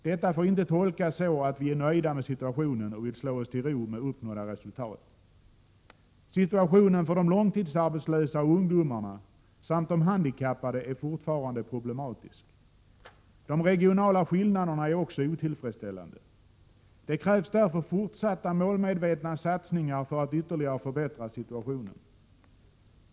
Detta får inte tolkas så, att vi är nöjda med situationen och vill slå oss till ro med uppnådda resultat. Situationen för de långtidsarbetslösa ungdomarna samt de handikappade är fortfarande problematisk. De regionala skillnaderna är också otillfreds 7 ställande. Det krävs därför fortsatta målmedvetna satsningar för att ytterligare förbättra situationen.